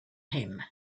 him